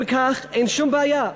אם כך, אין שום בעיה,